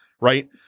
right